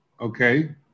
okay